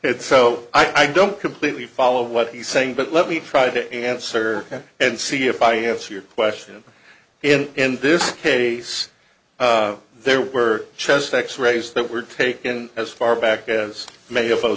and so i don't completely follow what he's saying but let me try to answer and see if i have see your question in this case there were chest x rays that were taken as far back as may